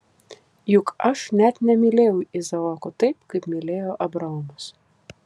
juk aš net nemylėjau izaoko taip kaip mylėjo abraomas